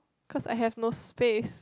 cause I had no space